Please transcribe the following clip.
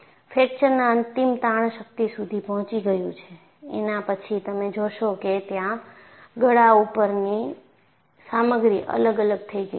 ફ્રેક્ચરના અંતિમ તાણ શક્તિ સુધી પહોંચી ગયુ છે એના પછી તમે જોશો કે ત્યાં ગળા ઉપરની સામગ્રી અલગ અલગ થઈ ગઈ છે